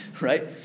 right